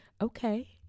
okay